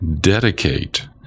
dedicate